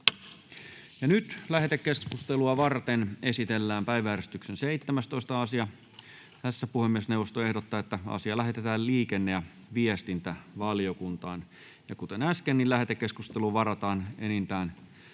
Lähetekeskustelua varten esitellään päiväjärjestyksen 17. asia. Puhemiesneuvosto ehdottaa, että asia lähetetään liikenne- ja viestintävaliokuntaan. Kuten äsken, lähetekeskusteluun varataan enintään